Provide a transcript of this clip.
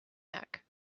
neck